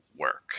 work